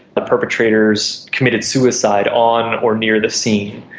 the perpetrators committed suicide on or near the scene,